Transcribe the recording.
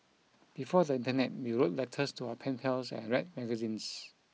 before the internet we wrote letters to our pen pals and red magazines